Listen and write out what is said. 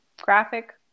graphic